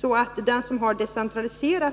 De som i detta avseende verkligen har velat decentralisera